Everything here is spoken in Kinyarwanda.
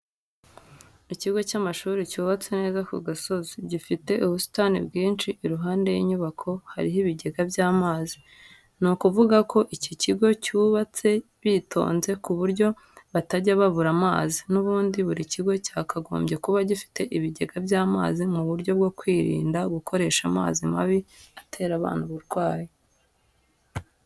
Ikigo cy'amashuri cyubatse neza ku gasozi, gifite ubusitani bwinshi, iruhande rw'inyubako hariho ibigega by'amazi. Ni ukuvuga ko iki kigo bacyubatse bitonze ku buryo batajya babura amazi. N'ubundi buri kigo cyakagombye kuba gifite ibigega by'amazi mu buryo bwo kwirinda gukoresha amazi mabi atera abana uburwayi.